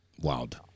wild